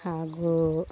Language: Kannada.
ಹಾಗೂ